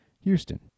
Houston